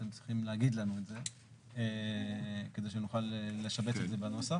אתם צריכים להגיד לנו את זה כדי שנוכל לשבץ את זה בנוסח.